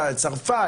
בצרפת,